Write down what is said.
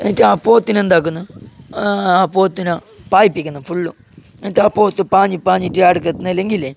എന്നിട്ട് ആ പോത്തിനെ എന്താക്കുന്നൂന്നു ആ പോത്തിനാ പായിപ്പിക്കുന്നു ഫുള്ളും എന്നിട്ട് ആഹ് പോത്ത് പാഞ്ഞ് പാഞ്ഞിട്ട് അവിടേക്ക് എത്തുന്നില്ലങ്കിലേ